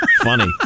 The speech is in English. Funny